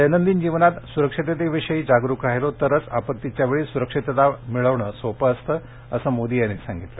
दैनंदिन जीवनात सुरक्षिततेविषय़ी जागरुक राहिलो तरच आपत्तीच्या वेळी सुरक्षितता मिळवणे सोपे असते असं त्यांनी सांगितलं